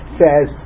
says